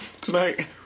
tonight